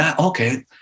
okay